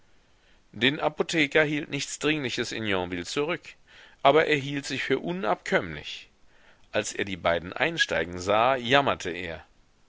den apotheker hielt nichts dringliches in yonville zurück aber er hielt sich für unabkömmlich als er die beiden einsteigen sah jammerte er